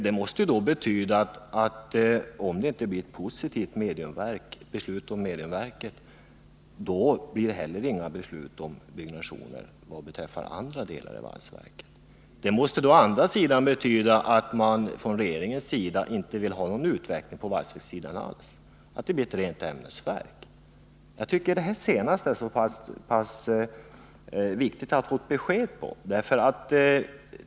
Detta måste innebära, att om det inte blir ett positivt beslut när det gäller mediumverket, blir det inte heller något beslut om byggande av andra delar av valsverket. Det måste betyda att regeringen inte vill ha någon utveckling alls på valsverkssidan med påföljd att det blir ett rent ämnesverk. Jag tycker att det är viktigt att få ett besked på den här punkten.